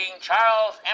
Charles